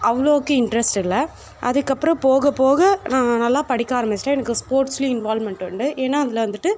அவ்வளோக்கு இன்ட்ரெஸ்ட் இல்லை அதுக்கப்புறம் போக போக நான் நல்லா படிக்க ஆரம்பிச்சிட்டேன் எனக்கு ஸ்போர்ட்ஸ்லேயும் இன்வால்மெண்ட் உண்டு ஏன்னா அதில் வந்துட்டு